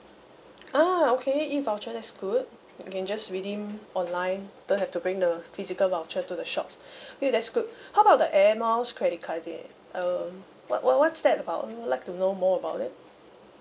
ah okay E voucher that's good you can just redeem online don't have to bring the physical voucher to the shops okay that's good how about the air miles credit card there um what what what's that about would like to know more about it